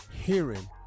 hearing